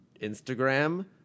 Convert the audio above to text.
Instagram